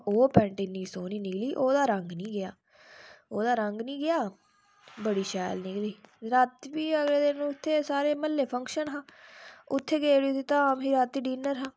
ओह् पैंट इन्नी सोह्वनी निकली ओह्दा रंग निं गेआ ओह्दा रंग निं गेआ बड़ी शैल निकली राती उट्ठे सारे मह्ल्ले फक्शंन हा उत्थै गे उठी धाम ही रातीं